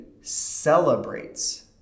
celebrates